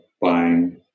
buying